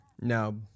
no